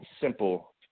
simple